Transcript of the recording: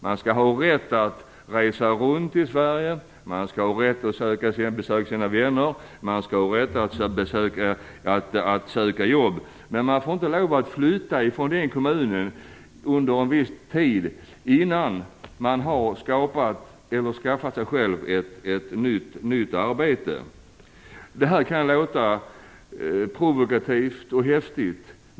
Man skall ha rätt att resa runt i Sverige och besöka sina vänner och söka jobb. Men man får inte lov att flytta från kommunen under en viss tid innan man har skaffat sig ett nytt arbete. Detta kan låta provokativt och häftigt.